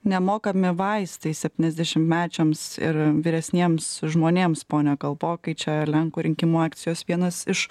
nemokami vaistai septyniasdešimtmečiams ir vyresniems žmonėms pone kalpokai čia lenkų rinkimų akcijos vienas iš